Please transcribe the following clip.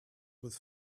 with